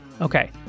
Okay